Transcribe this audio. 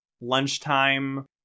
lunchtime